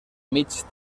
mig